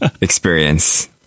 experience